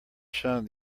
shown